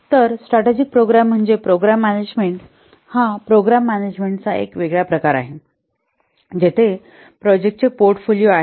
तर strategic programme म्हणजे programme management हा प्रोग्राम मॅनेजमेंटाचा एक वेगळा प्रकार आहे जेथे प्रोजेक्टचे पोर्टफोलिओ आहेत